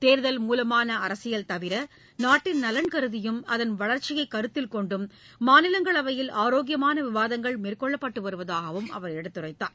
தேர்தல் மூலமான அரசியல் தவிர நாட்டின் நலன் கருதியும் அதன் வளர்ச்சியை கருத்தில் கொண்டும் மாநிலங்களவையில் ஆரோக்கியமான விவாதங்கள் மேற்கொள்ளப்பட்டு வருவதாக அவர் எடுத்துரைத்தார்